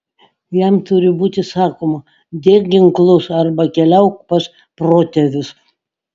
jam turi būti sakoma dėk ginklus arba keliauk pas protėvius